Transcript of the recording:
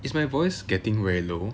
is my voice getting very low